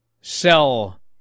sell